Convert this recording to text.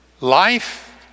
Life